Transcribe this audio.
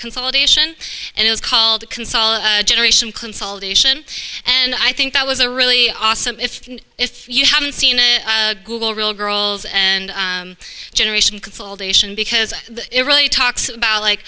consolidation and it is called console generation consolidation and i think that was a really awesome if if you haven't seen google real girls and generation consolidation because it really talks about like